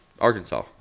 Arkansas